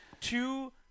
two